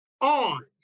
on